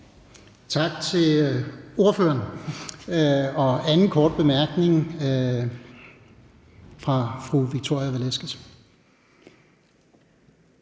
Tak til ordføreren. Der er en kort bemærkning til fru Victoria Velasquez,